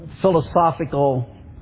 philosophical